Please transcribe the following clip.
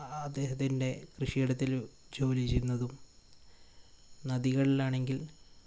അദ്ദേഹത്തിൻ്റെ കൃഷിയിടത്തിൽ ജോലി ചെയ്യുന്നതും നദികളിലാണെങ്കിൽ